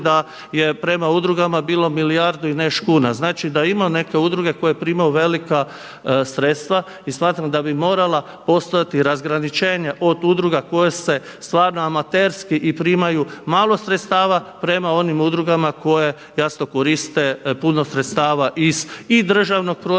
da je prema udrugama bilo milijardu i nešto kuna. Znači, da imaju neke udruge koje primaju velika sredstva i smatram da bi morala postojati razgraničenje od udruga koje se stvaraju amaterski i primaju malo sredstava prema onim udrugama koje jasno koriste puno sredstava iz i državnog proračuna